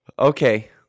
Okay